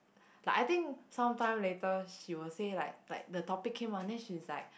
like I think sometime later she will say like like the topic came out then she's like